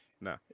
no